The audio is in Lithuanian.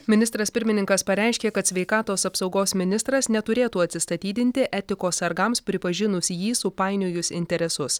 ministras pirmininkas pareiškė kad sveikatos apsaugos ministras neturėtų atsistatydinti etikos sargams pripažinus jį supainiojus interesus